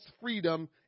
freedom